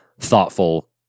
thoughtful